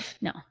no